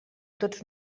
tots